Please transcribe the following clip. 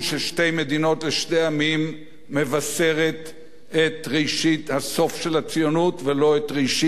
עמים מבשרת את ראשית הסוף של הציונות ולא את ראשית גאולתנו.